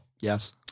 Yes